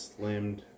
slimmed